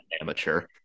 amateur